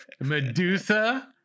Medusa